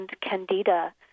Candida